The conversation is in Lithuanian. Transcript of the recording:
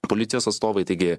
policijos atstovai taigi